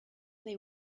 they